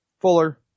Fuller